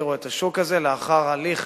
שיסדירו את השוק הזה לאחר הליך